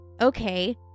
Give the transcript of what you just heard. okay